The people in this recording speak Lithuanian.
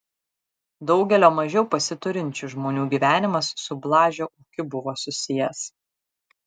daugelio mažiau pasiturinčių žmonių gyvenimas su blažio ūkiu buvo susijęs